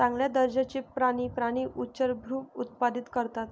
चांगल्या दर्जाचे प्राणी प्राणी उच्चभ्रू उत्पादित करतात